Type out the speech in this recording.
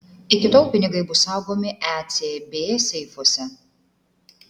iki tol pinigai bus saugomi ecb seifuose